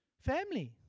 Family